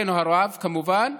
לצערנו הרב, כמובן.